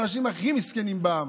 האנשים הכי מסכנים בעם.